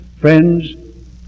Friends